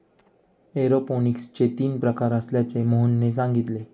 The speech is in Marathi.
एरोपोनिक्सचे तीन प्रकार असल्याचे मोहनने सांगितले